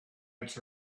ants